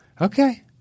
Okay